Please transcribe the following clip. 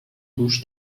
گوش